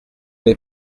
n’ai